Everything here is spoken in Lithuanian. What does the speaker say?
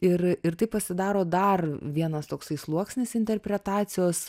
ir ir taip pasidaro dar vienas toksai sluoksnis interpretacijos